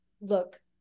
look